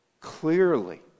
clearly